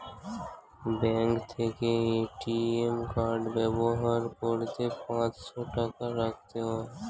bank থেকে ATM card ব্যবহার করতে পাঁচশো টাকা রাখতে হয়